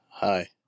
Hi